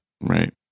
Right